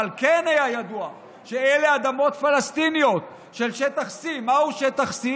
אבל כן היה ידוע שאלה אדמות פלסטיניות של שטח C. מהו שטח C?